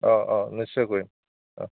অ অ নিশ্চয় কৰিম অ